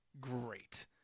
great